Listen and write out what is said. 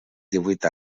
divuit